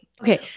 Okay